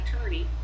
attorney